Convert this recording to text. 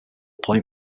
point